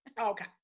okay